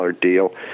deal